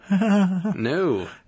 No